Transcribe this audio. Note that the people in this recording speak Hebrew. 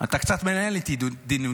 אני לא מנהל איתך דין ודברים.